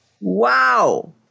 Wow